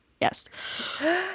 Yes